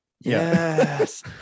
Yes